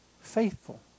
Faithful